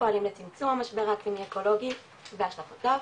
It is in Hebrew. שפועלים לצמצום המשבר האקלימי האקולוגי והשלכותיו,